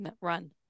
Run